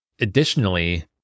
additionally